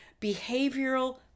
behavioral